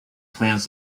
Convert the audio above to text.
plans